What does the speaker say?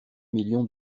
millions